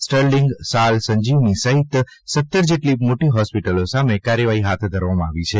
Sterling SAL Sanjivani સહિત સતર જેટલી મોટી હોસ્પિટલો સામે કાર્યવાહી હાથ ધરવામાં આવી છે